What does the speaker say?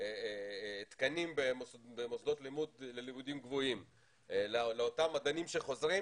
תקנים במוסדות ללימודים גבוהים לאותם מדענים שחוזרים,